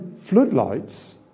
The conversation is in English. floodlights